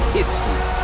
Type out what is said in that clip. history